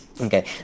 Okay